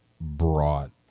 brought